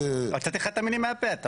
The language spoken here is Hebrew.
הוצאתי לך את המילים מהפה.